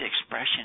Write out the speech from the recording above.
expression